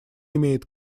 имеет